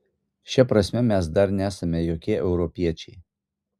šia prasme mes dar nesame jokie europiečiai